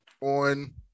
on